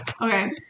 Okay